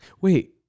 Wait